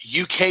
UK